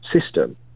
system